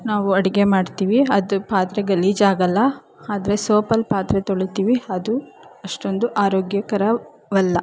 ನಾವು ಅಡುಗೆ ಮಾಡ್ತೀವಿ ಅದು ಪಾತ್ರೆ ಗಲೀಜಾಗೋಲ್ಲ ಆದರೆ ಸೋಪಲ್ಲಿ ಪಾತ್ರೆ ತೊಳಿತೀವಿ ಅದು ಅಷ್ಟೊಂದು ಆರೋಗ್ಯಕರವಲ್ಲ